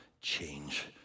change